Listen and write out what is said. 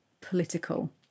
political